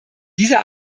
dieser